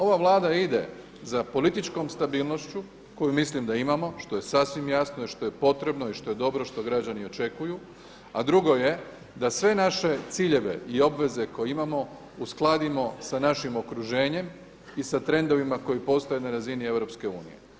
Ova Vlada ide za političkom stabilnošću koju mislim da imamo što je sasvim jasno i što je potrebno i što je dobro što građani očekuju, a drugo je da sve naše ciljeve i obveze koje imamo uskladimo sa našim okruženjem i sa trendovima koji postoje na razini EU.